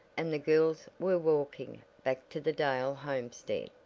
and the girls were walking back to the dale homestead.